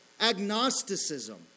agnosticism